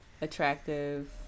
attractive